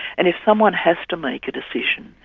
and if someone has to make a decision,